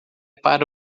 para